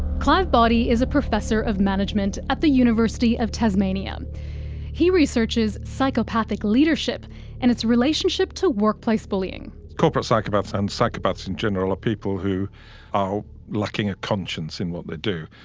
clive boddy is a professor of management at the university of tasmania, and he researches psychopathic leadership and its relationship to workplace bullying. corporate psychopaths and psychopaths in general are people who are lacking a conscience in what they do.